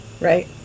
Right